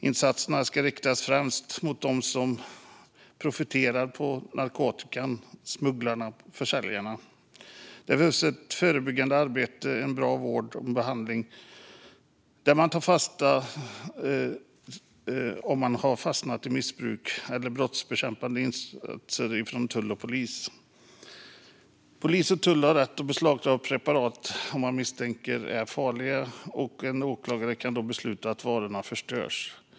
Insatserna ska riktas främst mot dem som profiterar på narkotikan - smugglarna och försäljarna. Det behövs ett förebyggande arbete, en bra vård och behandling om man har fastnat i missbruk och även brottsbekämpande insatser från tull och polis. Polis och tull har rätt att beslagta preparat som de misstänker är farliga, och åklagare kan besluta att varorna ska förstöras.